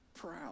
proud